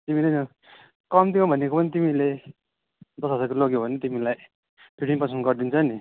तिमीले कम्तीमा भनेको पनि तिमीले दस हजारको लग्यो भने तिमीलाई फिफ्टिन पर्सेन्ट गरिदिन्छ नि